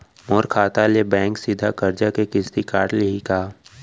मोर खाता ले बैंक सीधा करजा के किस्ती काट लिही का?